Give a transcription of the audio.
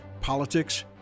politics